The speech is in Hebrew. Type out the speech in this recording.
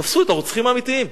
תפסו את הרוצחים האמיתיים.